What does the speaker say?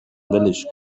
ولش